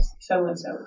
so-and-so